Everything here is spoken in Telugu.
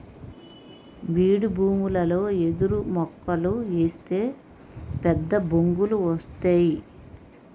బీడుభూములలో ఎదురుమొక్కలు ఏస్తే పెద్దబొంగులు వస్తేయ్